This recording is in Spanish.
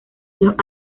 los